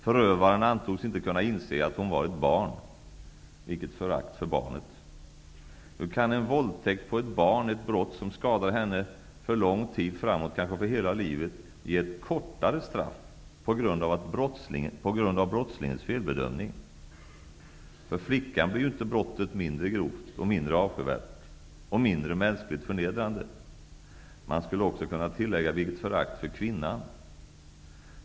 Förövaren antogs inte kunna inse att hon var ett barn. Vilket förakt för barnet! Hur kan en våldtäkt på ett barn -- ett brott som skadar henne en lång tid framåt, kanske för hela livet -- ge ett kortare straff på grund av brottslingens felbedömning? För flickan blir ju brottet inte mindre grovt, mindre avskyvärt och mindre mänskligt förnedrande. Man skulle också kunna tillägga: Vilket förakt för kvinnan!